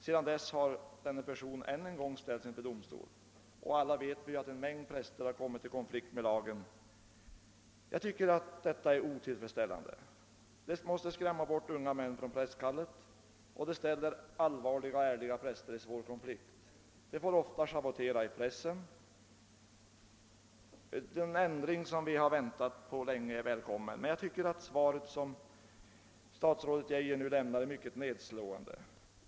Sedan dess har han än en gång ställts inför domstol. Vi vet också alla att en mängd präster har kommit i konflikt med lagen. Jag tycker att detta är ett otillfredsställande förhållande. Det skrämmer bort unga män från prästkallet och försätter allvarliga och ärliga präster i en svår konflikt. Sådana präster får ofta schavottera i pressen. Vi har länge väntat på en ändring i detta avseende, vilken skulle vara välkommen. Det svar som statsrådet Geijer nu lämnat är emellertid mycket nedslående.